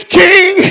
king